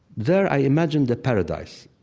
there i imagined a paradise,